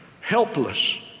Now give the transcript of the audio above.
helpless